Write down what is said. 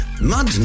mud